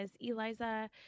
Eliza